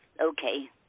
okay